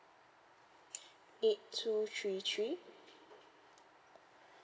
eight two three thee